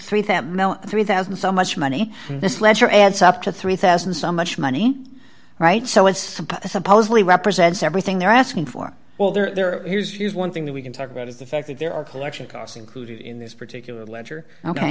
mel three thousand so much money in this letter and so up to three thousand so much money right so it's supposedly represents everything they're asking for well there here's here's one thing that we can talk about is the fact that there are collection costs included in this particular ledger ok